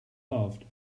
halved